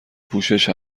پوشش